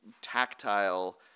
Tactile